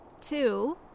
Two